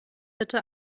bitte